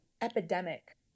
epidemic